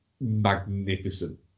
magnificent